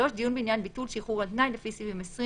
(3)דיון בעניין ביטול שחרור על-תנאי לפי סעיפים 20,